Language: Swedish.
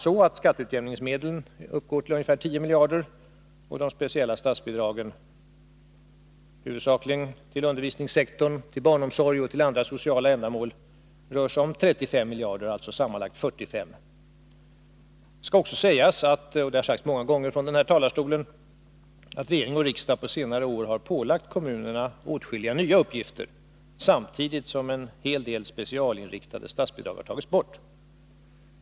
Skatteutjämningsmedlen uppgår som bekant till ungefär 10 miljarder, och de speciella statsbidragen — huvudsakligen till undervisningssektorn, barnomsorgen och andra sociala ändamål — rör sig omkring 35 miljarder. Det blir alltså sammanlagt 45 miljarder. Det skall också sägas — och det har sagts många gånger från den här talarstolen — att regering och riksdag på senare år har pålagt kommunerna åtskilliga nya uppgifter, samtidigt som en hel del specialinriktade statsbidrag har tagits bort.